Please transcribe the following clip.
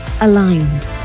aligned